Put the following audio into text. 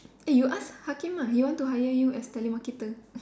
eh you ask Hakim ah he wants to hire you as telemarketer